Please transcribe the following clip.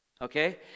Okay